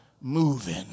moving